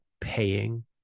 paying